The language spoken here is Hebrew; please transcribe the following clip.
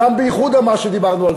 בייחוד מה שדיברנו.